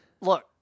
Look